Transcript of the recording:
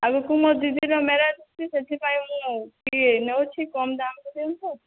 ଆଗକୁ ମୋ ଦିଦିର ମ୍ୟାରେଜ୍ ଅଛି ସେଥିପାଇଁ ମୁଁ ଟିକେ ନେଉଛି କମ୍ ଦାମ୍ରେ ଦିଅନ୍ତୁ